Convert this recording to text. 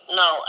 no